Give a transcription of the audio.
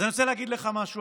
אז אני רוצה להגיד לך משהו,